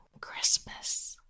Christmas